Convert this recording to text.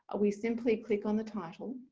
we simply click on the title,